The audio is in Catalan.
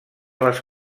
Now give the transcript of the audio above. les